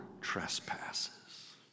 trespasses